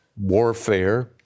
warfare